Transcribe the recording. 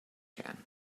can